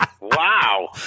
Wow